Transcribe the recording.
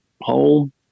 home